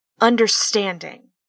understanding